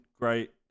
great